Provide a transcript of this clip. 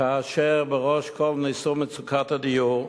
כאשר בראש כול נישאה מצוקת הדיור,